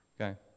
Okay